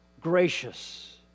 gracious